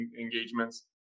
engagements